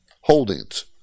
holdings